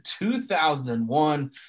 2001